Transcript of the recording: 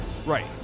Right